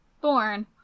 born